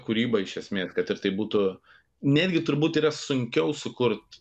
kūryba iš esmės kad ir tai būtų netgi turbūt yra sunkiau sukurt